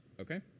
Okay